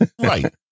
Right